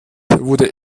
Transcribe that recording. wurde